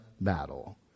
battle